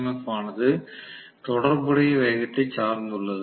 F ஆனது தொடர்புடைய வேகத்தை சார்ந்துள்ளது